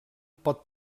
pot